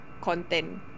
content